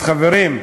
אז, חברים,